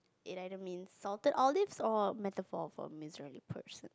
it either means salted olives or metaphor for misery person